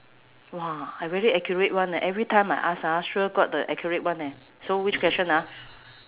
!wah! I very accurate [one] eh every time I ask ah sure got the accurate one eh so which question ah